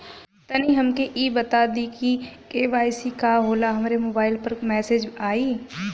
तनि हमके इ बता दीं की के.वाइ.सी का होला हमरे मोबाइल पर मैसेज आई?